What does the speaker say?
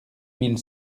mille